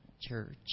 church